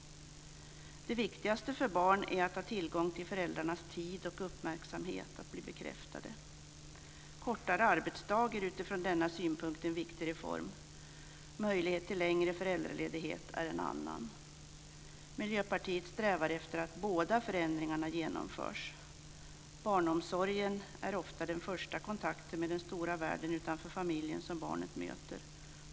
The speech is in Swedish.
Det viktigaste för barnen är att ha tillgång till föräldrarnas tid och uppmärksamhet och att bli bekräftade. Kortare arbetsdag är från denna synpunkt en viktig reform. Möjlighet till längre föräldraledighet är en annan. Miljöpartiet strävar efter att båda förändringarna genomförs. Barnomsorgen är ofta den första kontakt med den stora världen utanför familjen som barnet möter.